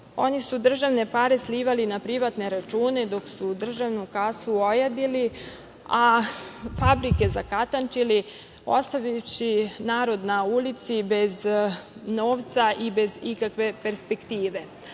oni su državne pare slivali na privatne račune dok su državnu kasu ojadili, a fabrike zakatančili, ostavivši narod na ulici bez novca i bez ikakve perspektive.